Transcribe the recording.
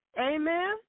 Amen